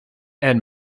and